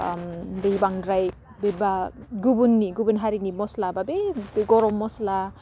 दै बांद्राय बे बा गुबुननि गुबुन हारिनि मस्ला बा बे गरम मस्ला